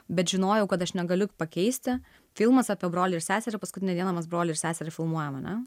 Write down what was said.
bet žinojau kad aš negaliu pakeisti filmas apie brolį ir seserį paskutinę dieną mes brolį ir seserį filmuojam ane